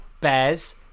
bears